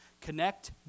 Connect